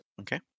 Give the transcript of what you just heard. Okay